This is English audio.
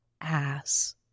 ass